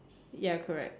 ya correct